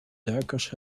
duikers